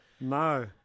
No